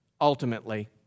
ultimately